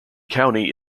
county